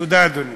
תודה, אדוני.